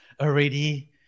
already